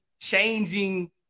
changing